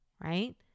right